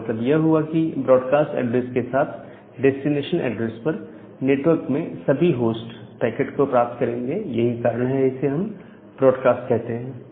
इसका मतलब यह हुआ कि इस ब्रॉडकास्ट एड्रेस के साथ डेस्टिनेशन एड्रेस पर नेटवर्क में सभी होस्ट पैकेट को प्राप्त करेंगे यही कारण है कि हम इसे ब्रॉडकास्ट एड्रेस कहते हैं